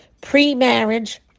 pre-marriage